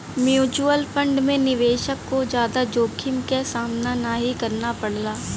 mutual fund में निवेशक को जादा जोखिम क सामना नाहीं करना पड़ला